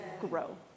grow